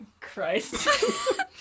Christ